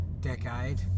decade